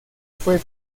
fue